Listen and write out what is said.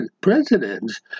presidents